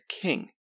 king